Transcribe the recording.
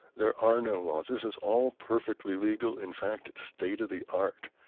there are no laws. this is all perfectly legal. in fact, it's state of the art.